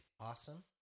awesome